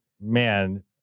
man